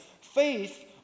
faith